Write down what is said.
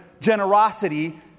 generosity